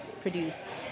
produce